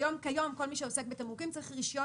כיום כל מי שעוסק בתמרוקים צריך רישיון